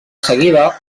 seguida